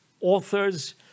Authors